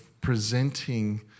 presenting